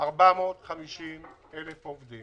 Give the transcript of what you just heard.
450,000 עובדים